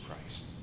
Christ